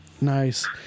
Nice